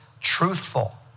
truthful